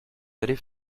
allées